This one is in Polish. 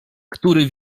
który